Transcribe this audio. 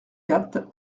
quatre